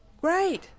Great